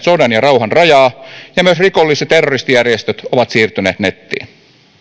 sodan ja rauhan rajaa ja myös rikollis ja terroristijärjestöt ovat siirtyneet nettiin